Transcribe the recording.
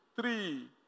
three